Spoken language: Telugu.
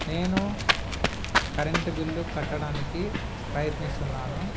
నేను కరెంటు బిల్లు కట్టడానికి ప్రయత్నిస్తున్నాను